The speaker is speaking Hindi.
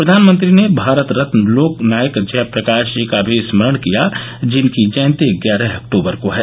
प्रधानमंत्री ने भारत रत्न लोकनायक जयप्रकाश जी का भी स्मरण किया जिनकी जयंती ग्यारह अक्तुबर को है